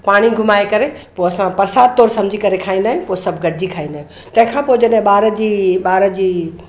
पाणी घुमाए करे पोइ असां परसाद तौरु सम्झी करे खाईंदा आहियूं तंहिंखां पोइ जॾहिं ॿार जी ॿार जी